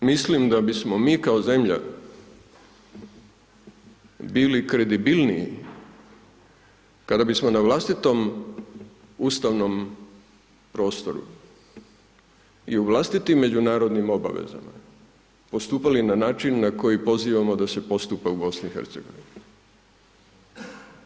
U tom pogledu mislim da bismo mi kao zemlja bili kredibilniji kada bismo na vlastitom ustavnom prostoru i u vlastitim međunarodnim obavezama, postupali na način na koji pozivamo da se postupa u BiH-u.